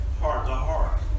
heart-to-heart